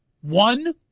one